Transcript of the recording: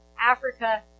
Africa